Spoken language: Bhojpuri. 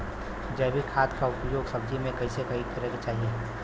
जैविक खाद क उपयोग सब्जी में कैसे करे के चाही?